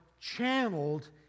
channeled